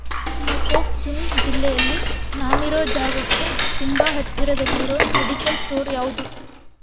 ಮೋಕೋಕ್ಚುಂಗ್ ಜಿಲ್ಲೆಯಲ್ಲಿ ನಾನಿರೋ ಜಾಗಕ್ಕೆ ತುಂಬ ಹತ್ತಿರದಲ್ಲಿರೋ ಮೆಡಿಕಲ್ ಸ್ಟೋರ್ ಯಾವುದು